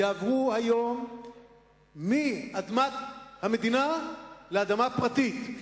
יעברו היום מאדמת המדינה לאדמה פרטית.